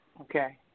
Okay